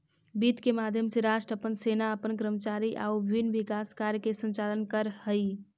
वित्त के माध्यम से राष्ट्र अपन सेना अपन कर्मचारी आउ विभिन्न विकास कार्य के संचालन करऽ हइ